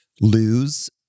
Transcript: lose